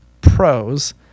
pros